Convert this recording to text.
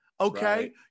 okay